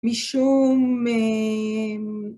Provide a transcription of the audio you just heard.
‫משום...